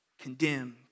Condemned